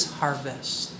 harvest